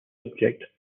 subject